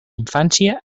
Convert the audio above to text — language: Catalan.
infància